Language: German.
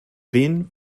wen